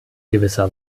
gewisser